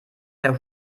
per